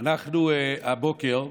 אנחנו הבוקר,